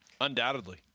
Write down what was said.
Undoubtedly